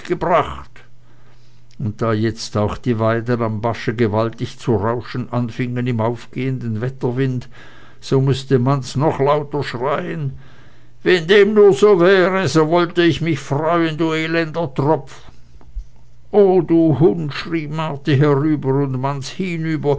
gebracht und da jetzt auch die weiden am bache gewaltig zu rauschen anfingen im aufgehenden wetterwind so mußte manz noch lauter schreien wenn dem nur so wäre so wollte ich mich freuen du elender tropf o du hund schrie marti herüber und manz hinüber